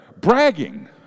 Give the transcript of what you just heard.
bragging